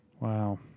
Wow